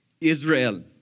Israel